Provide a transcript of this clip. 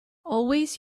always